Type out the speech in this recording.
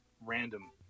random